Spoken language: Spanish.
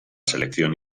selección